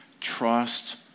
trust